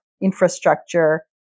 infrastructure